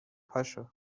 پاشو